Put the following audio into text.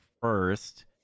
first